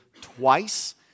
twice